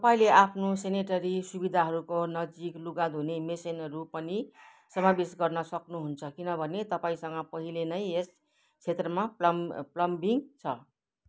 तपाईँले आफ्नो सेनिटेरी सुविधाहरूको नजिक लुगा धुने मेसिनहरू पनि समावेश गर्नु सक्नुहुन्छ किनभने तपाईँसँग पहिले नै यस क्षेत्रमा प्लम प्लम्बिङ छ